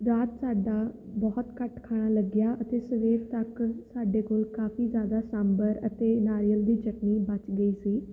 ਰਾਤ ਸਾਡਾ ਬਹੁਤ ਘੱਟ ਖਾਣਾ ਲੱਗਿਆ ਅਤੇ ਸਵੇਰ ਤੱਕ ਸਾਡੇ ਕੋਲ ਕਾਫੀ ਜ਼ਿਆਦਾ ਸਾਂਬਰ ਅਤੇ ਨਾਰੀਅਲ ਦੀ ਚਟਨੀ ਬਚ ਗਈ ਸੀ